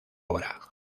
obra